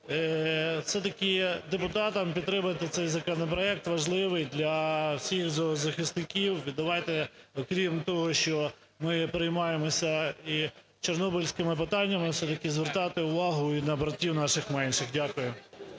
все-таки депутатам підтримати цей законопроект, важливий для всіх зоозахисників. Давайте, крім того, що ми переймаємося і чорнобильськими питаннями, все-таки звертати увагу і на братів наших менших. Дякую.